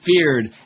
feared